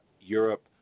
Europe